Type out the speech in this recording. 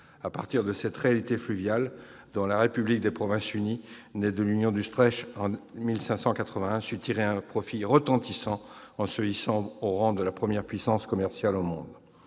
à partir de cette réalité fluviale, dont la République des Provinces-Unies, née de l'Union d'Utrecht signé en 1579, sut tirer un profit retentissant en se hissant au rang de première puissance commerciale au monde.